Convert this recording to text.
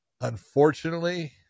Unfortunately